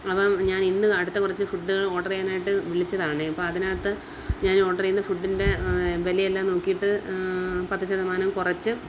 അപ്പം ഞാനിന്ന് അടുത്ത കുറച്ച് ഫുഡുകൾ ഓർഡർ ചെയ്യാനായിട്ട് വിളിച്ചതാണേ അപ്പോൾ അതിനകത്ത് ഞാൻ ഓർഡർ ചെയ്യുന്ന ഫുഡിൻ്റെ വിലയെല്ലാം നോക്കിയിട്ട് പത്ത് ശതമാനം കുറച്ച്